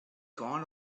gone